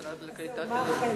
מה החלק של משרד הקליטה בפרויקט?